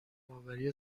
جمعآوری